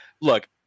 look